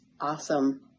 awesome